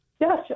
yes